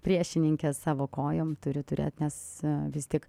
priešininkę savo kojom turiu turėt nes vis tik